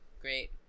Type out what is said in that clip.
Great